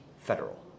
federal